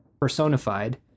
personified